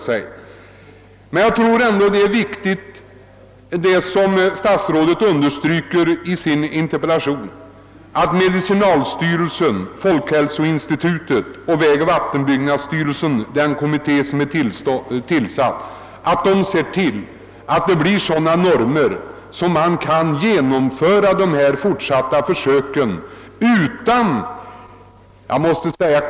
Statsrådet understryker i sitt interpellationssvar, att den kommitté, som är tillsatt av medicinalstyrelsen, statens institut för folkhälsan samt vägoch vattenbyggnadsstyrelsen, ser till att det blir sådana bestämmelser att dessa försök kan genomföras utan att de tekniska och ekonomiska problemen blir övermäktiga.